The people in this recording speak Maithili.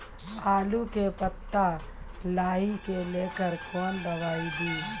आलू के पत्ता लाही के लेकर कौन दवाई दी?